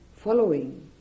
following